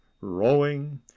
rowing